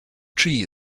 tree